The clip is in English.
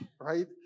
right